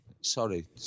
sorry